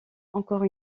encore